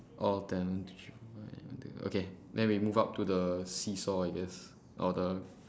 all ten okay then we move up to the seesaw I guess or the